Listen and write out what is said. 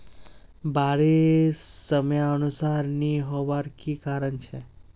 बारिश समयानुसार नी होबार की कारण छे?